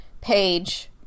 page